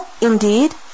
indeed